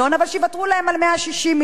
אבל שיוותרו להם על 160 מיליון.